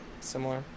Similar